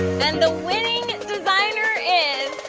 and the winning designer is